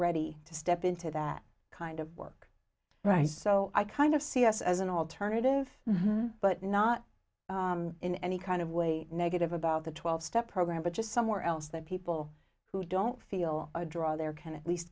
ready to step into that kind of work right so i kind of see us as an alternative but not in any kind of way negative about the twelve step program but just somewhere else that people who don't feel a draw there can at least